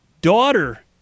daughter